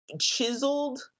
chiseled